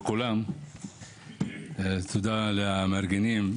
תודה למארגנים.